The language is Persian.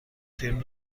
فیلم